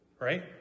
right